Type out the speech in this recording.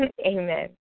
Amen